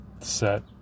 set